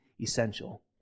essential